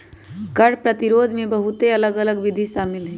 कर प्रतिरोध में बहुते अलग अल्लग विधि शामिल हइ